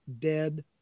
dead